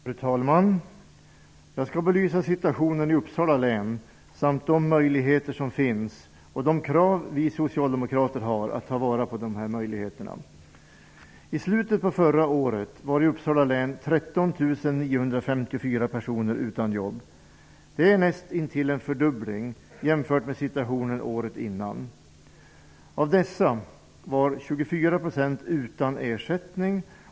Fru talman! Jag skall belysa situationen i Uppsala län samt de möjligheter som finns och de krav vi socialdemokrater har när det gäller att ta vara på dessa möjligheter. I slutet av förra året var 13 954 personer utan jobb i Uppsala län. Det är nästintill en fördubbling jämfört med situationen året innan. Av dessa var 24 % utan ersättning.